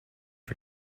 for